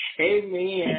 Amen